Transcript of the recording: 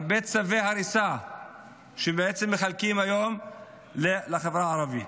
הרבה צווי הריסה בעצם מחלקים היום לחברה הערבית.